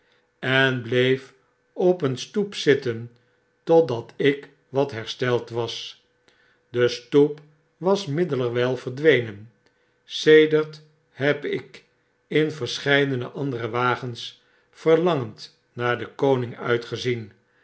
en bleef op een stoep zitten totdat ik wat hersteld was de stoep was middelerwtjl verdwenen sedert heb ik in verscheidene andere wagens verlangend naar den koning uitgezien